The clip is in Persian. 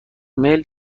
میل